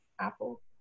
Apple